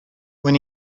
when